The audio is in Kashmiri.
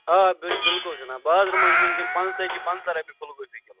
آ بِل بِلکُل جِناب بازرٕ منٛز چھِ وُنکٮ۪ن پانٛژ تٲجی پنٛژاہ رۄپیہِ پھُل گوٗبی کِلوٗ